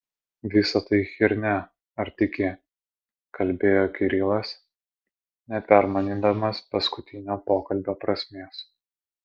visa tai chiernia ar tiki kalbėjo kirilas nepermanydamas paskutinio pokalbio prasmės